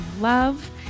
love